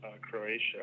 Croatia